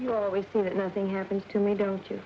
you're always so that nothing happens to me don't you